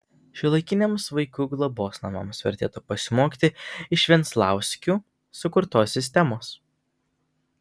šiuolaikiniams vaikų globos namams vertėtų pasimokyti iš venclauskių sukurtos sistemos